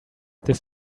this